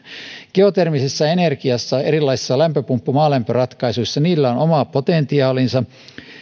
geotermisessä energiassa erilaisissa lämpöpumppu maalämpöratkaisuissa niillä on oma potentiaalinsa